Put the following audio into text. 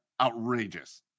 outrageous